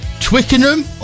Twickenham